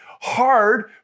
hard